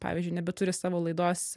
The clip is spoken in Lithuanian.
pavyzdžiui nebeturi savo laidos